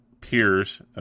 peers